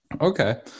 Okay